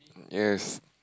yes